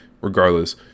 regardless